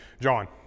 John